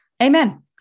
Amen